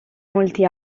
molti